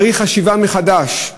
צריך חשיבה מחדש.